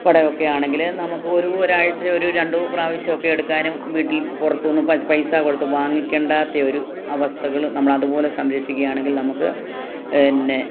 പപ്പടമൊക്കെ ആണെങ്കില് നമുക്ക് ഒര് ഒരാഴ്ച്ച ഒര് രണ്ട് പ്രവാശ്യമൊക്കെ എടുക്കാനും വീട്ടിൽ പുറത്ത് നിന്ന് പൈസ കൊടുത്ത് വാങ്ങിക്കേണ്ടാത്ത ഒരു അവസ്ഥകള് നമ്മളതുപോലെ സംരക്ഷിക്കുകയാണെങ്കിൽ നമുക്ക് പിന്നെ